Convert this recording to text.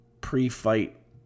pre-fight